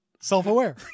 self-aware